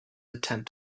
attempt